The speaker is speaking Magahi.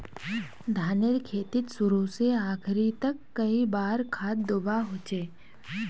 धानेर खेतीत शुरू से आखरी तक कई बार खाद दुबा होचए?